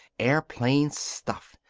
airplane stuff.